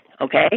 Okay